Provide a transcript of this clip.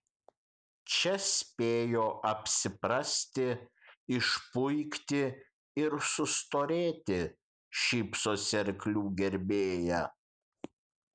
čia spėjo apsiprasti išpuikti ir sustorėti šypsosi arklių gerbėja